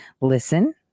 Listen